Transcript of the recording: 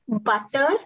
Butter